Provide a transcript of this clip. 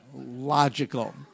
logical